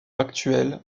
actuel